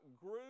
grew